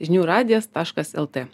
žinių radijas taškas lt